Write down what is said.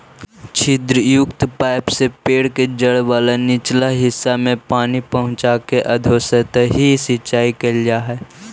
छिद्रयुक्त पाइप से पेड़ के जड़ वाला निचला हिस्सा में पानी पहुँचाके अधोसतही सिंचाई कैल जा हइ